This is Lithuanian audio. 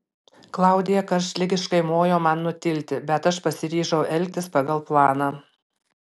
klaudija karštligiškai mojo man nutilti bet aš pasiryžau elgtis pagal planą